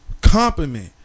Compliment